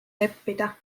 leppida